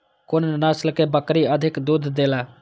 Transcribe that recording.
कुन नस्ल के बकरी अधिक दूध देला?